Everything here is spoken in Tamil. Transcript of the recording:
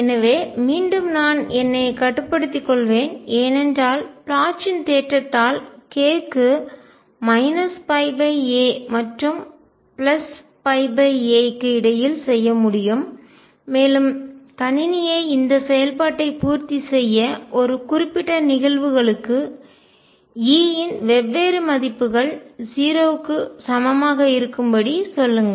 எனவே மீண்டும் நான் என்னைக் கட்டுப்படுத்திக் கொள்வேன் ஏனென்றால் ப்ளாச்சின் தேற்றத்தால் k க்கு a மற்றும் a க்கு இடையில் செய்ய முடியும் மேலும் கணினியை இந்த செயல்பாட்டை பூர்த்தி செய்ய ஒரு குறிப்பிட்ட நிகழ்வுகளுக்கு E இன் வெவ்வேறு மதிப்புகள் 0 க்கு சமமாக இருக்கும்படி சொல்லுங்கள்